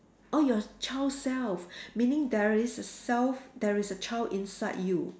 oh your child self meaning there is a self there is a child inside you